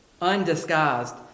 undisguised